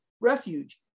refuge